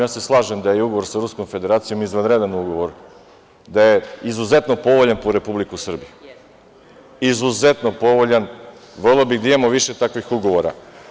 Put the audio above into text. Ja se slažem da je ugovor sa Ruskom Federacijom izvanredan ugovor, da je izuzetno povoljan po Republiku Srbiju i voleo bih da imamo više takvih ugovora.